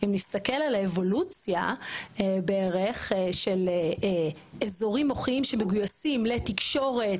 אם נסתכל על האבולוציה בערך של אזורים מוחיים שמגויסים לתקשורת,